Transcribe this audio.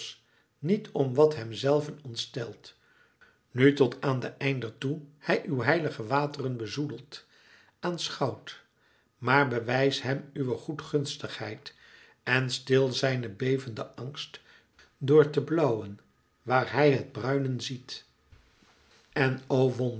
niet om wat hemzelven ontstelt nu tot aan den einder toe hij uw heilige wateren bezoedeld aanschouwt maar bewijs hem uwe goedgunstigheid en stil zijne bevende angst door te blauwen waar hij het bruinen ziet en